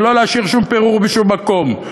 שלא להשאיר שום פירור בשום מקום,